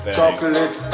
Chocolate